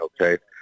okay